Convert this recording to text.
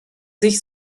sich